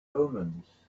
omens